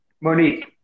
Monique